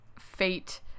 fate